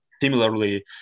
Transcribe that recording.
similarly